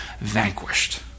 vanquished